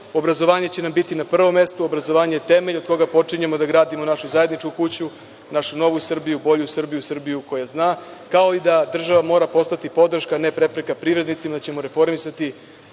obrazovanje će nam biti na prvom mestu, obrazovanje je temelj od koga počinjemo da gradimo našu zajedničku kuću, našu novu Srbiju, bolju Srbiju, Srbiju koja zna, kao i da država mora postati podrška, a ne prepreka privrednicima, da ćemo reformisati